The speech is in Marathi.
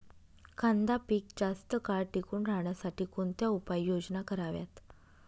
कांदा पीक जास्त काळ टिकून राहण्यासाठी कोणत्या उपाययोजना कराव्यात?